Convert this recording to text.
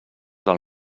del